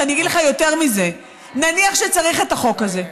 ואני אגיד לך יותר מזה: נניח שצריך את החוק הזה.